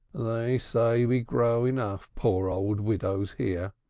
they say we grow enough poor old widows here.